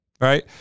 Right